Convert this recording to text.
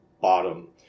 bottom